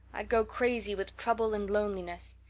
i'd go crazy with trouble and loneliness.